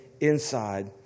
inside